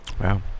Wow